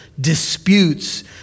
disputes